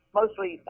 mostly